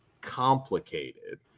complicated